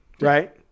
right